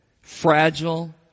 fragile